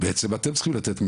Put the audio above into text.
בעצם אתם צריכים לתת מענה,